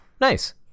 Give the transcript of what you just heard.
nice